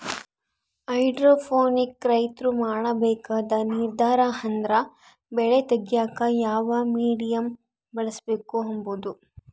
hydroponic ರೈತ್ರು ಮಾಡ್ಬೇಕಾದ ನಿರ್ದಾರ ಅಂದ್ರ ಬೆಳೆ ತೆಗ್ಯೇಕ ಯಾವ ಮೀಡಿಯಮ್ ಬಳುಸ್ಬಕು ಅಂಬದು